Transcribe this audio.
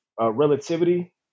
Relativity